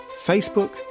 Facebook